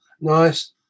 nice